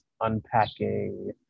unpacking